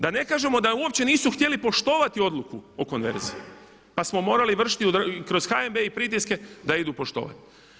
Da ne kažemo da uopće nisu htjeli poštovati odluku o konverziji pa smo morali vršiti kroz HNB i pritiske da je idu poštovati.